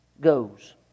goes